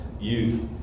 youth